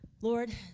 lord